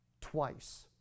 twice